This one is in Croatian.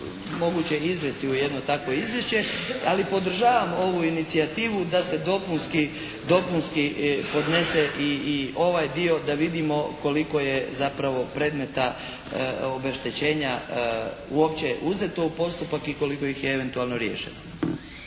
moguće izvesti u jedno takvo izvješće. Ali, podržavam ovu inicijativu da se dopunski podnese i ovaj dio da vidimo koliko je zapravo predmeta obeštećenja uopće uzeto u postupak i koliko ih je eventualno riješeno.